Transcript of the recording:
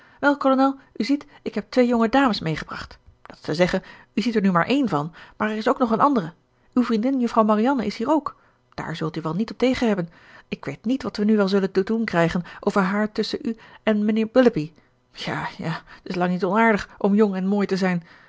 u ziet ik heb twee jonge dames meegebracht dat is te zeggen u ziet er nu maar eene van maar er is ook nog een andere uw vriendin juffrouw marianne is hier ook daar zult u wel niet op tegen hebben ik weet niet wat we nu wel zullen te doen krijgen over haar tusschen u en mijnheer willoughby ja ja t is lang niet onaardig om jong en mooi te zijn